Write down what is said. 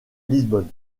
lisbonne